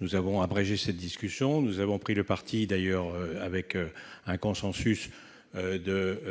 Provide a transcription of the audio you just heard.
Nous avons abrégé la discussion. Nous avons pris le parti, d'ailleurs de manière consensuelle,